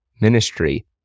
Ministry